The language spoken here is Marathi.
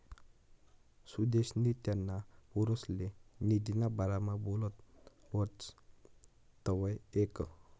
सुदेशनी त्याना पोरसले निधीना बारामा बोलत व्हतात तवंय ऐकं